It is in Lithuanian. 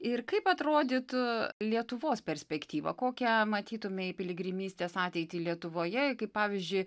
ir kaip atrodytų lietuvos perspektyva kokią matytumei piligrimystės ateitį lietuvoje kaip pavyzdžiui